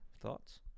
thoughts